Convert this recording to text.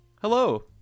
Hello